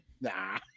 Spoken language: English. nah